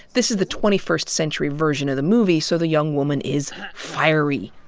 this is the twenty first century version of the movie, so the young woman is fiery.